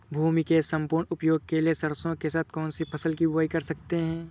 भूमि के सम्पूर्ण उपयोग के लिए सरसो के साथ कौन सी फसल की बुआई कर सकते हैं?